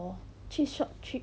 去 short trip